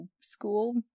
school